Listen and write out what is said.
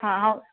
हां हांव